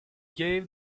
gave